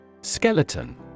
Skeleton